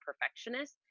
perfectionist